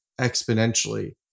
exponentially